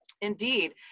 Indeed